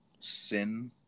sin